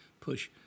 push